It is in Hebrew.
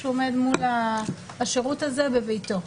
כשהוא עומד מול השירות הזה בביתו,